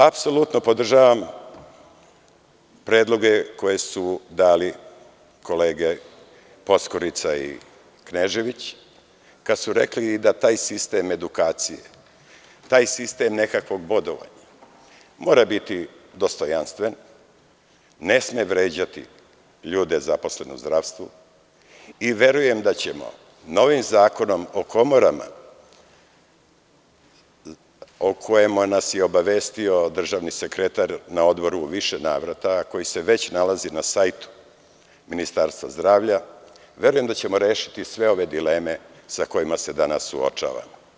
Apsolutno podržavam predloge koje su dali kolege Poskurica i Knežević, kada su rekli da taj sistem edukacije, taj sistem nekakvog bodovanja mora biti dostojanstven, ne sme vređati ljude zaposlene u zdravstvu i verujem da ćemo novim zakonom o komorama, o kojem nas je obavestio državni sekretar na Odboru u više navrata, a koji se već nalazi na sajtu Ministarstva zdravlja, rešiti sve ove dileme sa kojima se danas suočavamo.